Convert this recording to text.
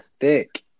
thick